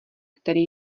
který